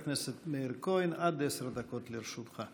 חבר הכנסת מאיר כהן, עד עשר דקות לרשותך.